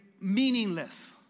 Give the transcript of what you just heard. meaningless